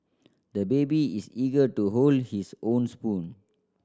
the baby is eager to hold his own spoon